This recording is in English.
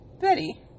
betty